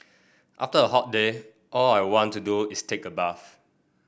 after a hot day all I want to do is take a bath